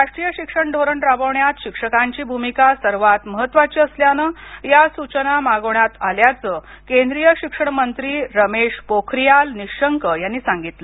राष्ट्रीय शिक्षण धोरण राबवण्यात शिक्षकांची भूमिका सर्वात महत्वाची असल्यानं या सुचना मागवण्यात आल्याच केंद्रीय शिक्षण मंत्री रमेश पोखारीयाल निशंक यांनी सांगितल